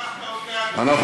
חזית אחת ששכחת, אותנו.